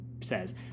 says